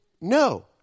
no